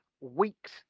weeks